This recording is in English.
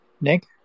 Nick